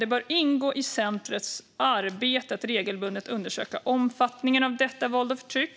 Det bör ingå i centrumets arbete att regelbundet undersöka omfattningen av detta våld och förtryck.